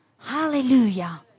Hallelujah